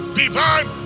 divine